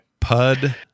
pud